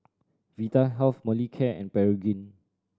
Vitahealth Molicare and Pregain